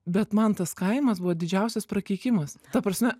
bet man tas kaimas buvo didžiausias prakeikimas ta prasme